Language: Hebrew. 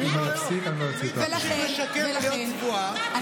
אני גם אומר, את צבועה ושקרנית, את וכל, אני